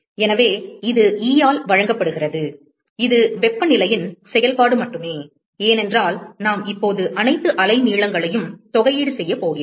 எனவே இது E ஆல் வழங்கப்படுகிறது இது வெப்பநிலையின் செயல்பாடு மட்டுமே ஏனென்றால் நாம் இப்போது அனைத்து அலைநீளங்களையும் தொகையீடு செய்ய போகிறோம்